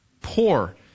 Poor